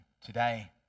today